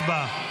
הצבעה.